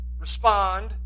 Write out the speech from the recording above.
respond